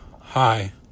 hi